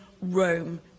Rome